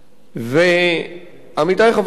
עמיתי חברי הכנסת,